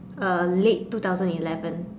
uh late two thousand eleven